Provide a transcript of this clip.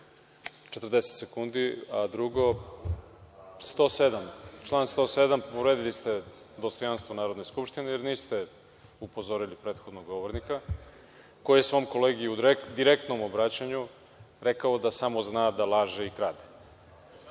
40 sekundi, a drugo, član 107. - povredili ste dostojanstvo Narodne skupštine, jer niste upozorili prethodnog govornika koji je svom kolegi u direktnom obraćanju rekao da samo zna da laže i krade.